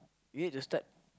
you need to start